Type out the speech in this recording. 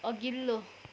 अघिल्लो